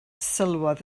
sylwodd